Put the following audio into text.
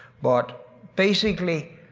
but basically,